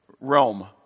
realm